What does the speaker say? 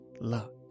luck